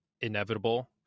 inevitable